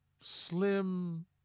slim